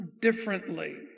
differently